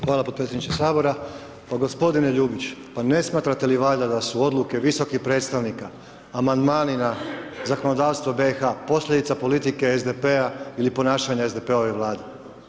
Hvala potpredsjedniče Sabora, pa g. Ljubić, pa ne smatrate li valjda da su odluke visokih predstavnika, amandmanima, zakonodavstvo BIH, posljedica politike SDP-a ili ponašanje SDP-ove Vlade.